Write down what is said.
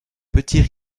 petit